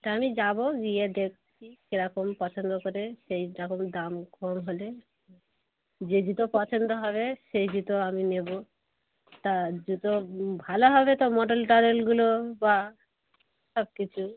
সেটা আমি যাবো যিয়ে দেখছি কেরাকম পছন্দ করে সেই রকম দাম কম হলে যে জুতো পছন্দ হবে সেই জুতো আমি নেবো তা জুতো ভালো হবে তো মডেল টডেলগুলো বা সব কিছু